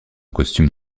costume